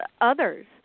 others